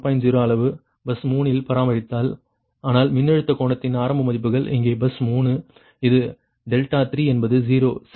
0 அளவு பஸ் 3 இல் பராமரித்தல் ஆனால் மின்னழுத்த கோணத்தின் ஆரம்ப மதிப்புகள் இங்கே பஸ் 3 இது 3 என்பது 0 சரியா